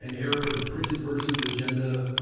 and error in the presented version of the agenda